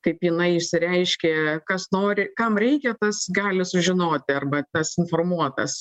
kaip jinai išsireiškė kas nori kam reikia tas gali sužinoti arba tas informuotas